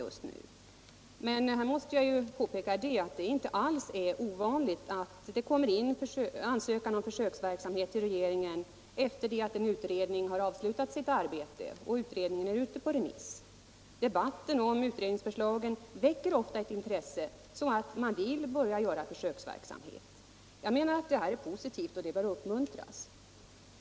Då måste jag påpeka att det inte alls är ovanligt att det till regeringen kommer in ansökningar om försöksverksamhet också efter det att en utredning har avslutat sitt arbete och betänkandet är ute på remiss. Debatten om utredningsförslagen väcker ofta eu intresse för att starta en försöksverksamhet, och det är enligt min mening positivt och bör uppmuntras.